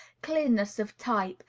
clearness of type,